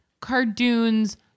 cardoons